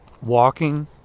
walking